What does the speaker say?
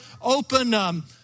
open